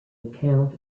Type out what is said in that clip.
account